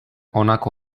honako